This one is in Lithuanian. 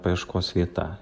paieškos vieta